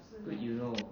great you know